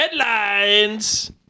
Headlines